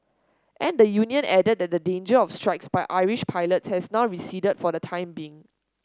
and the union added that the danger of strikes by Irish pilots has now receded for the time being